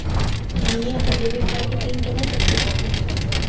हमनी अपन debit card के पीन केना सेट कर सकली हे?